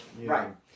Right